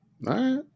Right